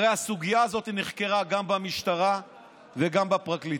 הרי הסוגיה הזאת נחקרה גם במשטרה וגם בפרקליטות,